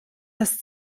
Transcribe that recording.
das